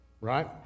right